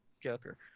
joker